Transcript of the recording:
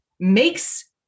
makes